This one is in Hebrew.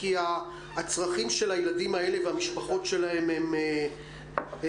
כי הצרכים של הילדים האלה והמשפחות שלהם הם קריטיים,